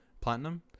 platinum